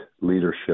leadership